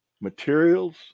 materials